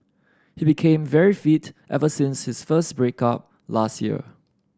he became very fit ever since his first break up last year